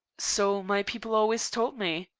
so my people always told me.